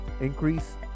increase